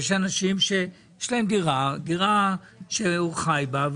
יש אנשים שיש להם דירה שהם חיים בה,